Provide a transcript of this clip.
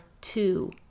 two